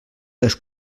les